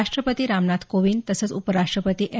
राष्ट्रपती रामनाथ कोविंद तसंच उपराष्ट्रपती एम